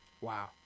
Wow